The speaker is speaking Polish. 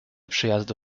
przyjazdu